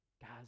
Guys